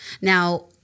Now